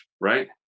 right